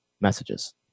messages